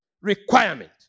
requirement